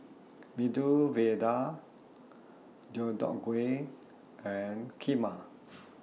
Medu Vada Deodeok Gui and Kheema